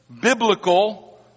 biblical